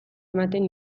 ematen